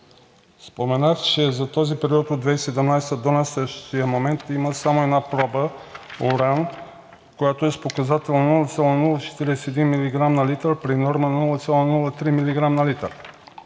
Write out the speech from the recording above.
Споменах, че за този период от 2017 г. до настоящия момент има само една проба уран, която е с показател 0,041 милиграм на литър при норма 0,03 милиграм на литър.